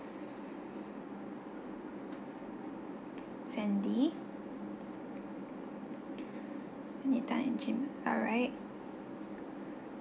sandy sandy tan at gmail alright